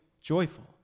joyful